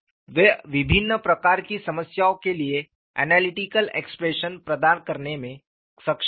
वे विभिन्न प्रकार की समस्याओं के लिए ऐनालिटिकल एक्सप्रेशन प्रदान करने में सक्षम थे